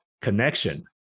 connection